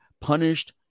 punished